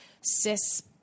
cis